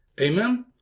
Amen